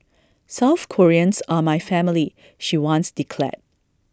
South Koreans are my family she once declared